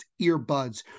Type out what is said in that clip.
earbuds